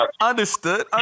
understood